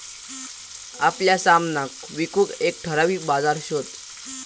आपल्या सामनाक विकूक एक ठराविक बाजार शोध